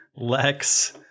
Lex